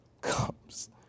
comes